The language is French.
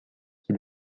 qui